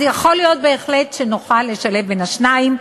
אז יכול להיות בהחלט שנוכל לשלב בין השניים.